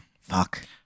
Fuck